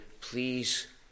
Please